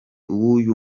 wuyu